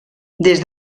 des